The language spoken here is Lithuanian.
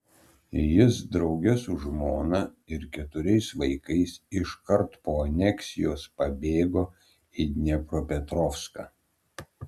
jis drauge su žmona ir keturiais vaikais iškart po aneksijos pabėgo į dniepropetrovską